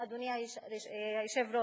אדוני היושב-ראש,